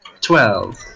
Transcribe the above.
Twelve